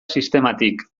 sistematik